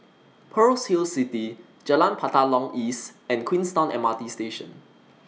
Pearl's sale City Jalan Batalong East and Queenstown M R T Station